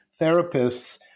therapists